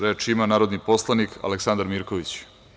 Reč ima narodni poslanik Aleksandar Mirković.